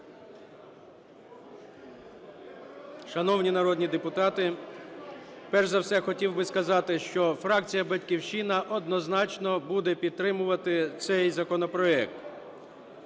Шановні народні депутати! Перш за все, хотів би сказати, що фракція "Батьківщина", однозначно, буде підтримувати цей законопроект.